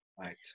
Right